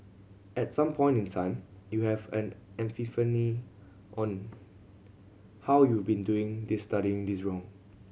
at some point in time you have an epiphany on how you been doing this studying in this wrong